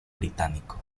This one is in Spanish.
británico